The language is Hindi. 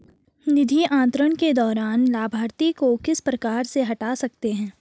निधि अंतरण के दौरान लाभार्थी को किस प्रकार से हटा सकते हैं?